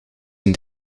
een